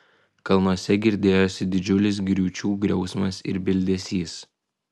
kalnuose girdėjosi didžiulis griūčių griausmas ir bildesys